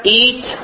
eat